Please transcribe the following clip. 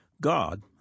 God